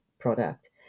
product